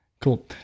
Cool